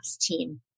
team